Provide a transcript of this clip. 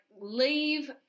leave